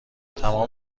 تمام